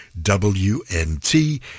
WNT